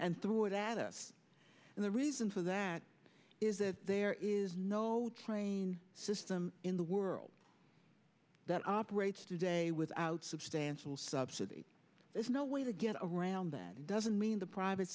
and threw it at us and the reason for that is that there is no train system in the world that operates today without substantial subsidy there's no way to get around that doesn't mean the private